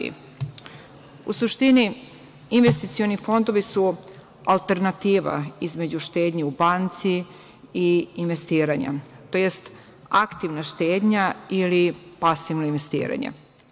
U suštini, investicioni fondovi su alternativa između štednje u banci i investiranja tj. aktivna štednja ili pasivno investiranje.